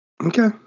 Okay